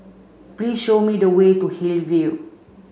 please show me the way to Hillview